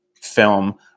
film